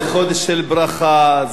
זה חודש של ברכה,